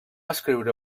escriure